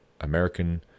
American